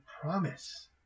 promise